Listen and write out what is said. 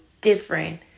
different